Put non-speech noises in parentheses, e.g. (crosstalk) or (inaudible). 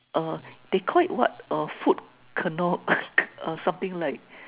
err they call it what err food canoe (noise) something like